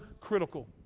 critical